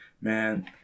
man